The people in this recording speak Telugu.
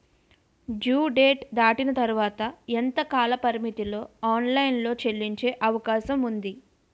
డ్యూ డేట్ దాటిన తర్వాత ఎంత కాలపరిమితిలో ఆన్ లైన్ లో చెల్లించే అవకాశం వుంది?